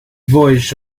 voyaged